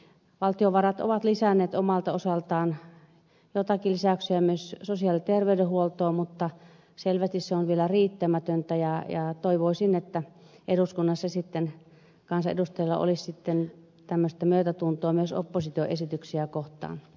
valtiovarat ovat tehneet omalta osaltaan joitakin lisäyksiä myös sosiaali ja terveydenhuoltoon mutta selvästi se on vielä riittämätöntä ja toivoisin että eduskunnassa kansanedustajilla olisi tämmöistä myötätuntoa myös opposition esityksiä kohtaan